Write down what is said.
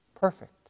Perfect